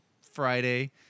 Friday